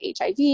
HIV